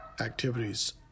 activities